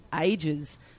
ages